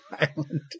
island